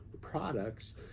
products